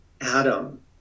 Adam